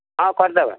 ହଁ କରି ଦେବା